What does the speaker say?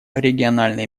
региональные